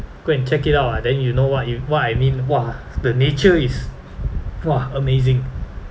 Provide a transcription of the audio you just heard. go and check it out ah then you know what you what I mean !wah! the nature is !wah! amazing